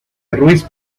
ruiz